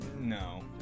No